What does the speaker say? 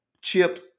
chipped